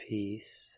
Peace